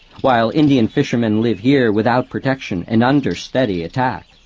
while indian fishermen live here without protection and under steady attack.